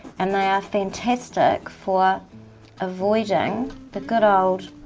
and they are fantastic for avoiding the good old